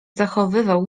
zachowywał